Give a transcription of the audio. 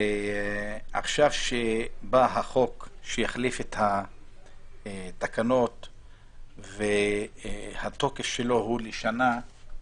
ועכשיו כשבא החוק שהחליף את התקנות והתוקף שלו הוא לשנה,